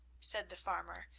said the farmer,